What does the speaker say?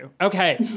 Okay